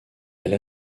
elle